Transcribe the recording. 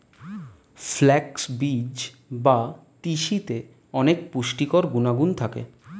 flax বীজ বা তিসিতে অনেক পুষ্টিকর গুণাগুণ থাকে